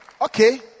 okay